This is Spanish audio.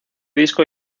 disco